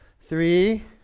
Three